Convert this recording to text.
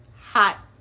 Hot